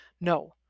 no